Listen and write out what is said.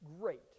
great